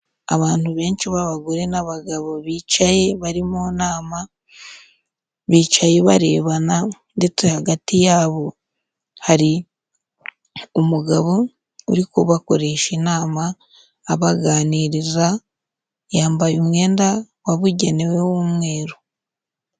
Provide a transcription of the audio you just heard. Abantu benshi b'abagore n'abagabo bicaye bari mu nama, bicaye barebana ndetse hagati yabo hari umugabo uri kubakoresha inama abaganiriza, yambaye umwenda wabugenewe w'umweru.